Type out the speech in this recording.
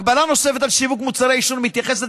הגבלה נוספת על שיווק מוצרי עישון מתייחסת